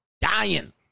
dying